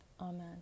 Amen